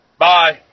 Bye